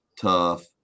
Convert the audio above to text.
tough